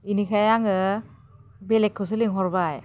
बेनिखाय आङो बेलेगखौसो लिंहरबाय